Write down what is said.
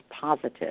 positive